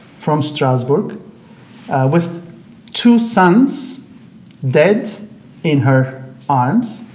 from strasbourg with two sons dead in her arms.